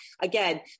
Again